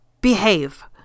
behave